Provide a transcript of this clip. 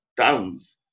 towns